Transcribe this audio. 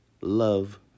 love